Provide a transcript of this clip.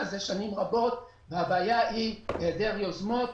הבעיה היא העדר יוזמות,